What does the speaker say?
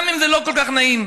גם אם זה לא כל כך נעים,